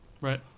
Right